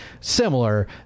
similar